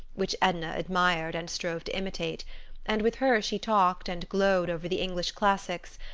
which edna admired and strove to imitate and with her she talked and glowed over the english classics,